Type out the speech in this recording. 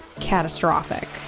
catastrophic